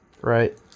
right